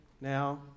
now